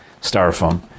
styrofoam